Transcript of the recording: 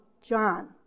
John